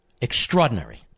Extraordinary